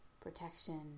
protection